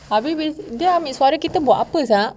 have you been dia ambil suara kita buat apa sia